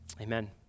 Amen